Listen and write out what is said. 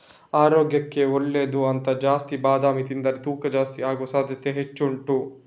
ಆರೋಗ್ಯಕ್ಕೆ ಒಳ್ಳೇದು ಅಂತ ಜಾಸ್ತಿ ಬಾದಾಮಿ ತಿಂದ್ರೆ ತೂಕ ಜಾಸ್ತಿ ಆಗುವ ಸಾಧ್ಯತೆ ಹೆಚ್ಚು ಉಂಟು